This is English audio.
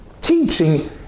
Teaching